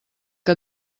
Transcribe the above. que